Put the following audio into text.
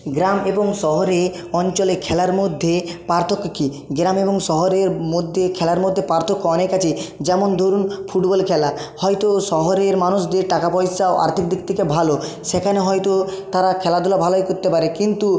গ্রাম এবং শহরে অঞ্চলে খেলার মধ্যে পার্থক্য কি গ্রামে এবং শহরের মধ্যে খেলার মধ্যে পার্থক্য অনেক আছে যেমন ধরুন ফুটবল খেলা হয়তো শহরের মানুষদের টাকা পয়সা ও আর্থিক দিক থেকে ভালো সেখানে হয়তো তারা খেলাধুলা ভালোই করতে পারে কিন্তু